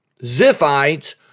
Ziphites